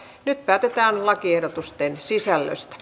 nyt päätetään lakiehdotusten sisällöstä